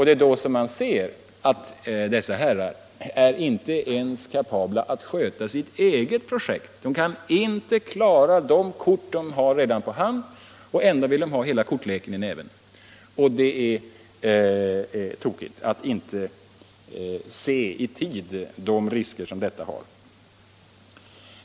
Det är då som man märker att dessa herrar inte ens är kapabla att sköta sitt eget projekt. De kan inte klara de kort de redan har på hand, och ändå vill de ha hela kortleken i näven. Det är tokigt att inte i tid se de risker som detta medför.